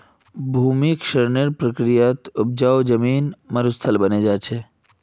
भूमि क्षरनेर प्रक्रियात उपजाऊ जमीन मरुस्थल बने जा छे